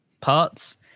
parts